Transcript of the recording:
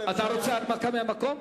אתה רוצה הנמקה מהמקום?